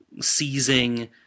seizing